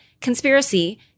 conspiracy